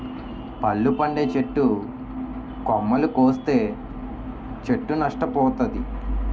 పళ్ళు పండే చెట్టు కొమ్మలు కోస్తే చెట్టు నష్ట పోతాది